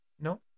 No